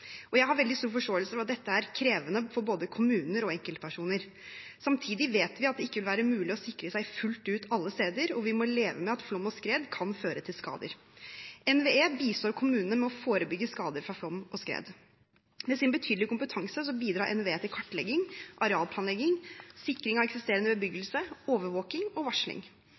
Jeg har veldig stor forståelse for at dette er krevende for både kommuner og enkeltpersoner. Samtidig vet vi at det ikke vil være mulig å sikre seg fullt ut alle steder, og vi må leve med at flom og skred kan føre til skader. NVE bistår kommunene i å forebygge skader fra flom og skred. Med sin betydelige kompetanse bidrar NVE til kartlegging, arealplanlegging, sikring av eksisterende bebyggelse, overvåking og varsling.